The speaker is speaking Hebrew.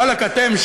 וואלכ אתם,